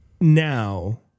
Now